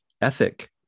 ethic